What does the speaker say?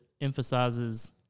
emphasizes